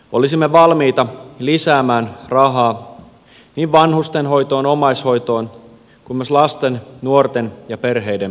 olisimme valmiita lisäämään rahaa niin vanhustenhoitoon omaishoitoon kuin myös lasten nuorten ja perheiden tukemiseen